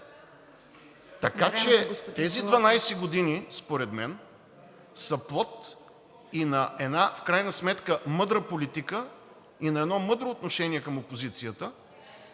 Така че тези 12 години според мен са плод и на една в крайна сметка мъдра политика, и на едно мъдро отношение към опозицията.